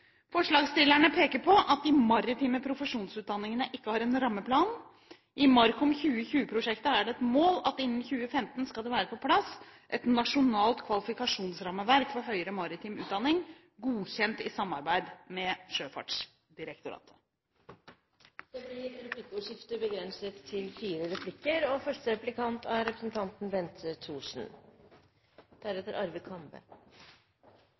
Forslagsstillerne peker på at de maritime profesjonsutdanningene ikke har en rammeplan. I MARKOM2020-prosjektet er det et mål at det innen 2015 skal være på plass et nasjonalt kvalifikasjonsrammeverk for høyere maritim utdanning, godkjent i samarbeid med Sjøfartsdirektoratet. Det blir replikkordskifte. Jeg synes det er fint at statsråden har tatt initiativ til